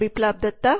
Biplab ದತ್ತಾProf